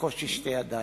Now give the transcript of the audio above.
בקושי שתי ידיים,